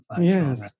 Yes